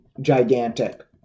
gigantic